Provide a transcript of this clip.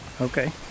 okay